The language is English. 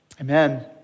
amen